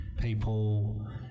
people